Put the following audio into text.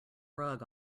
rug